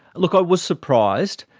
look, i was surprised.